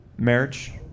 Marriage